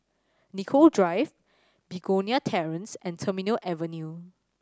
Nicoll Drive Begonia Terrace and Terminal Avenue